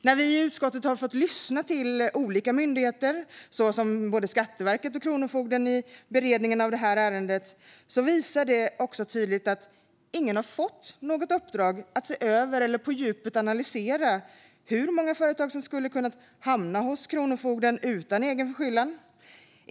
När vi i utskottet har lyssnat till olika myndigheter, såsom Skatteverket och Kronofogden, i beredningen av ärendet har det tydligt visat att ingen har fått något uppdrag att se över eller på djupet analysera hur många företag som kan ha hamnat hos kronofogden utan egen förskyllan.